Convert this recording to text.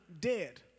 dead